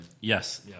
Yes